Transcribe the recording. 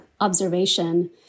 observation